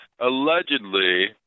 Allegedly